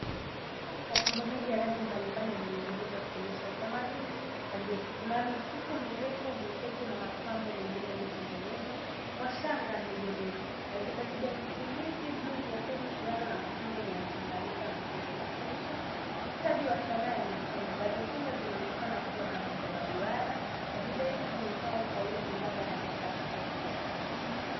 Shanga na mapambo mengi ya rangi mbalimbali yamenyunyizwa, yakionyesha utamaduni tajiri. Kuna mikufu mirefu, vikuku, na mapambo mengine yaliyotengenezwa kwa shanga ndogondogo. Rangi za kijani kibichi, blue , nyekundu, njano na machungwa zinachanganyika vizuri, zikionyesha ustadi wa sanaa ya mikono. Baadhi ya shanga zinaonekana kuwa na muundo wa duara, na bidhaa hizi zimepangwa kwa wingi, labda katika soko.